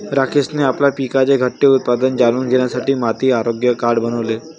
राकेशने आपल्या पिकाचे घटते उत्पादन जाणून घेण्यासाठी माती आरोग्य कार्ड बनवले